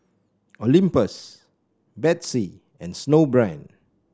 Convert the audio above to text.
Olympus Betsy and Snowbrand